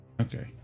Okay